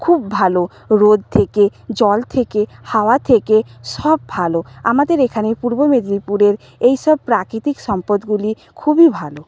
খুব ভালো রোদ থেকে জল থেকে হাওয়া থেকে সব ভালো আমাদের এখানে পূর্ব মেদিনীপুরের এইসব প্রাকৃতিক সম্পদগুলি খুবই ভালো